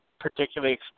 particularly